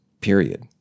Period